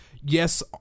Yes